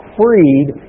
freed